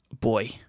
boy